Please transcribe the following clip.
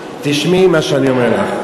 תשמעי מה שאני אומר לך,